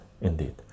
indeed